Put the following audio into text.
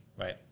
Right